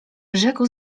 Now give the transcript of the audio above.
rzekł